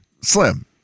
Slim